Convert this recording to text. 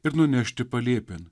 ir nunešti palėpėn